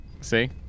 See